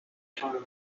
tournament